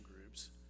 groups